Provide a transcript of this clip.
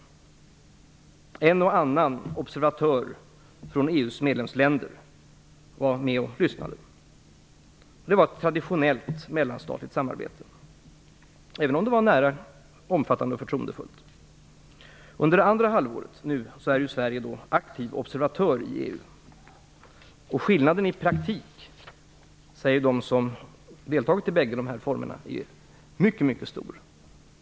En och annan observatör från EU:s medlemsländer var med och lyssnade. Det var ett traditionellt mellanstatligt samarbete, även om det var nära, omfattande och förtroendefullt. Under andra halvåret är Sverige aktiv observatör i EU. Skillnaden i praktiken, säger de som deltagit i bägge de här formerna, är mycket mycket stor.